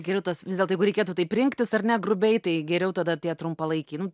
geriau tas vis dėlto jeigu reikėtų taip rinktis ar ne grubiai tai geriau tada tie trumpalaikiai nu